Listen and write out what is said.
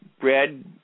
Brad